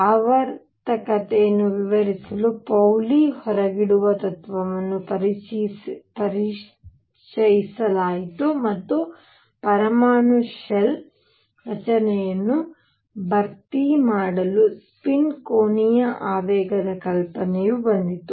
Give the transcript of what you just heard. ಆವರ್ತಕತೆಯನ್ನು ವಿವರಿಸಲು ಪೌಲಿ ಹೊರಗಿಡುವ ತತ್ವವನ್ನು ಪರಿಚಯಿಸಲಾಯಿತು ಮತ್ತು ಪರಮಾಣು ಶೆಲ್ ರಚನೆಯನ್ನು ಭರ್ತಿ ಮಾಡಲು ಸ್ಪಿನ್ ಕೋನೀಯ ಆವೇಗದ ಕಲ್ಪನೆಯು ಬಂದಿತು